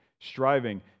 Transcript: striving